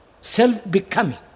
self-becoming